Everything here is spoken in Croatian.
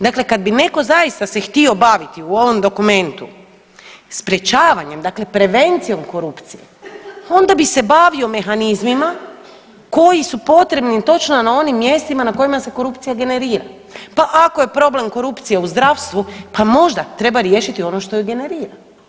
Dakle, kad bi netko zaista se htio baviti u ovom dokumentu sprječavanjem dakle prevencijom korupcije onda bi se bavio mehanizmima koji su potrebni točno na onim mjestima na kojima se korupcija generira, pa ako je problem korupcije u zdravstvu pa možda treba riješiti ono što ju generira.